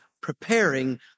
preparing